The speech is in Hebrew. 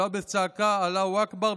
ג'עבס צעקה: אללהו אכבר,